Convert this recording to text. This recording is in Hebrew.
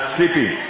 אז ציפי,